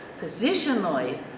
Positionally